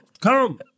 come